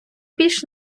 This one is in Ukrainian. більш